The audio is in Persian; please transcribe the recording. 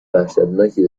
وحشتناکی